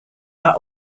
are